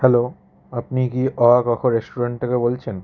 hello আপনি কি অ আ ক খ রেস্টুরেন্ট থেকে বলছেন